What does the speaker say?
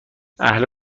اهل